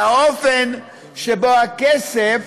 והאופן שבו הכסף,